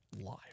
life